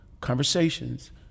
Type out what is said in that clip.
conversations